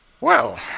Well